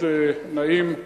נעים מאוד,